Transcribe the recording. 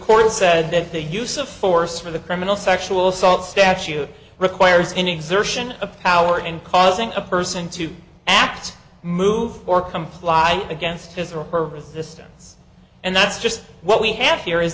court said that the use of force for the criminal sexual assault statute requires in exert a power and causing a person to act move or comply against his or her resistance and that's just what we have here is